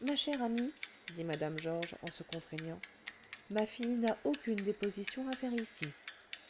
ma chère amie dit mme georges en se contraignant ma fille n'a aucune déposition à faire ici